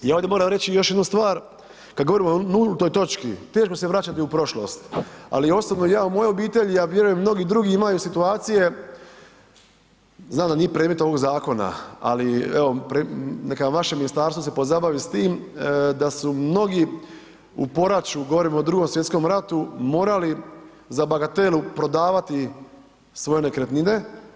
Ja ovdje moram reći još jednu stvar, kad govorimo o nultoj točki teško se vraćati u prošlost, ali osobno ja u mojoj obitelji, ja vjerujem i mnogi drugi imaju situacije, znam da nije predmet ovog zakona, ali evo neka vaše ministarstvo se pozabavi s tim, da su mnogi u poraću govorim o Drugom svjetskom ratu morali za bagatelu prodavati svoje nekretnine.